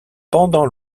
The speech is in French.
pendant